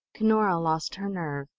cunora lost her nerve,